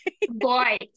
Boy